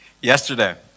Yesterday